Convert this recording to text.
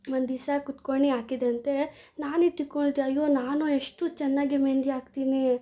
ಒಂದಿಸ ಕುತ್ಕೊಂಡು ಹಾಕಿದಂತೆ ನಾನೇ ತಿಕ್ಕೊಳ್ತಿ ಅಯ್ಯೋ ನಾನು ಎಷ್ಟು ಚೆನ್ನಾಗಿ ಮೆಹೆಂದಿ ಹಾಕ್ತೀನಿ